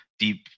deep